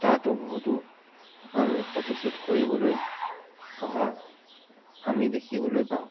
তাতো বহুতো মানুহে ফটো শ্বুট কৰিবলৈ অহা আমি দেখিবলৈ পাওঁ